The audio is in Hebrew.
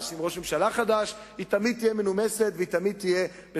עם ראש ממשלה חדש תמיד תהיה מנומסת ובסדר.